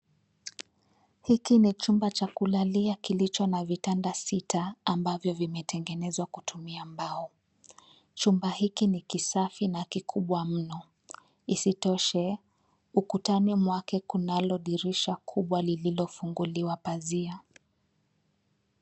Hiki ni chumba cha kulalia kilicho na vitanda sita ambavyo vimetengenezwa kutumia mbao. Chumba hiki ni kisafi na kikubwa mno. Isitoshe, ukutani mwake kunalo dirisha kubwa lililofunguliwa pazia.